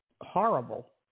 horrible